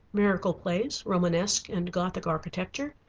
miracle plays, romanesque and gothic architecture,